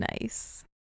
Nice